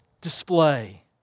display